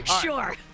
Sure